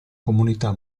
comunità